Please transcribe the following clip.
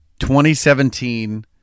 2017